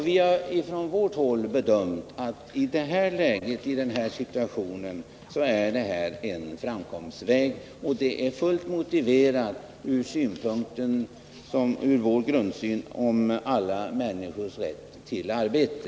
Vi har från vårt håll gjort bedömningen att det här är en möjlig framkomstväg i den här situationen. Den är fullt motiverad med utgångspunkt från vår grundinställning om alla människors rätt till arbete.